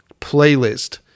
playlist